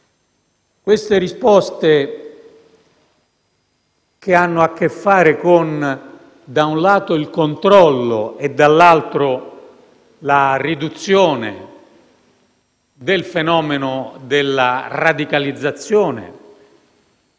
Queste risposte, che hanno a che fare da un lato con il controllo e dall'altro con la riduzione del fenomeno della radicalizzazione